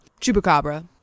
Chupacabra